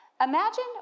Imagine